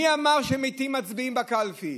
מי אמר שמתים מצביעים בקלפי?